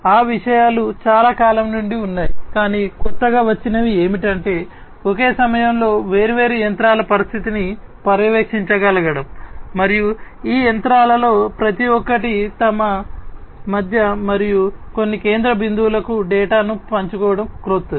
ఆ విషయాలు చాలా కాలం నుండి ఉన్నాయి కానీ క్రొత్తగా వచ్చినవి ఏమిటంటే ఒకే సమయంలో వేర్వేరు యంత్రాల పరిస్థితిని పర్యవేక్షించగలగడం మరియు ఈ యంత్రాలలో ప్రతి ఒక్కటి తమ మధ్య మరియు కొన్ని కేంద్ర బిందువులకు డేటాను పంచుకోవడం క్రొత్తది